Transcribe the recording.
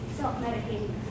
self-medicating